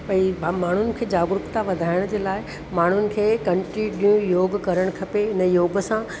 कोई बि माण्हुनि खे जागरुकता वधाइण जे लाइ माण्हुनि खे कंटिनियू योग करणु खपे इन योग सां